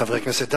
חברי הכנסת,